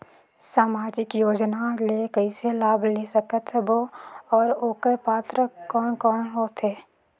समाजिक योजना ले कइसे लाभ ले सकत बो और ओकर पात्र कोन कोन हो थे?